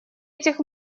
этих